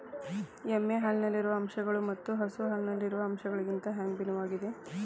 ಎಮ್ಮೆ ಹಾಲಿನಲ್ಲಿರುವ ಅಂಶಗಳು ಮತ್ತ ಹಸು ಹಾಲಿನಲ್ಲಿರುವ ಅಂಶಗಳಿಗಿಂತ ಹ್ಯಾಂಗ ಭಿನ್ನವಾಗಿವೆ?